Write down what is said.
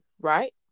right